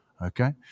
okay